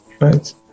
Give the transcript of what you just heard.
right